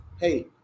hey